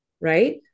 right